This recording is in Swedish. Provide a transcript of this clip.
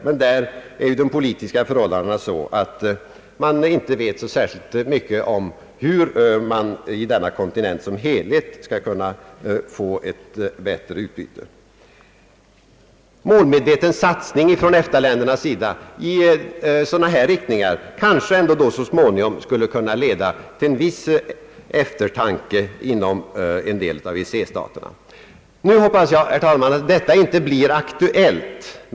Där är emellertid de politiska förhållandena sådana att man inte vet särskilt mycket om hur man i denna kontinent som helhet skall kunna få bättre handelsutbyte. Målmedveten satsning från EFTA-ländernas sida i sådan riktning kanske ändå så småningom skulle leda till en viss eftertanke inom en del av EEC staterna. Jag hoppas, herr talman, att detta inte blir aktuellt.